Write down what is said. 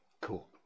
cool